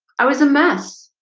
i was a mess,